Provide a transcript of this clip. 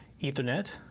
Ethernet